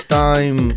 time